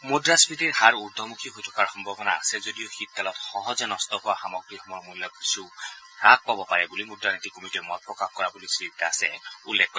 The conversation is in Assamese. মুদ্ৰাস্ফীতিৰ হাৰ উৰ্ধমূখী হৈ থকাৰ সম্ভাৱনা আছে যদিও শীতকালত সহজে নষ্ট হোৱা সামগ্ৰীসমূহৰ মূল্য কিছু হ্বাস পাব পাৰে বুলি মুদ্ৰা নীতি কমিটীয়ে মত প্ৰকাশ কৰা বুলি শ্ৰীদাসে উল্লেখ কৰে